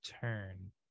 turn